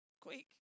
quick